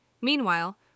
Meanwhile